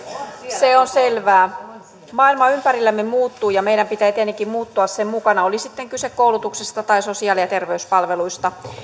se on selvää maailma ympärillämme muuttuu ja meidän pitää tietenkin muuttua sen mukana oli sitten kyse koulutuksesta tai sosiaali ja terveyspalveluista